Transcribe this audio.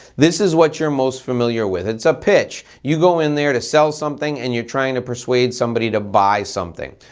this is what you're most familiar with. it's a pitch. you go in there to sell something and you're trying to persuade somebody to buy something.